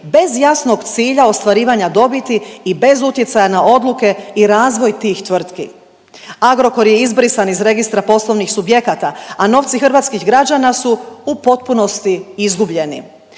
bez jasnog cilja ostvarivanja dobiti i bez utjecaja na odluke i razvoj tih tvrtki. Agrokor je izbrisan iz registra poslovnih subjekata, a novci hrvatskih građana su potpunosti izgubljeni.